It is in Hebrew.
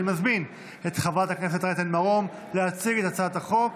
אני מזמין את חברת הכנסת רייטן מרום להציג את הצעת החוק,